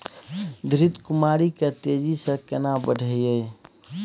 घृत कुमारी के तेजी से केना बढईये?